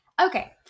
Okay